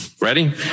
Ready